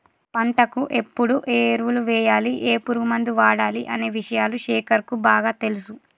పంటకు ఎప్పుడు ఏ ఎరువులు వేయాలి ఏ పురుగు మందు వాడాలి అనే విషయాలు శేఖర్ కు బాగా తెలుసు